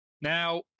Now